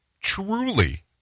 truly